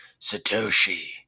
Satoshi